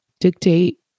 dictate